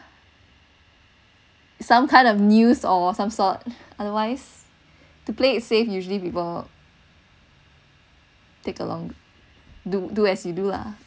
some kind of news or some sort otherwise to play it safe usually people take a long do do as you do ah